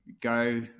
go